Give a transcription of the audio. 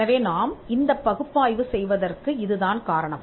எனவே நாம் இந்த பகுப்பாய்வு செய்வதற்கு இதுதான் காரணம்